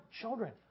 Children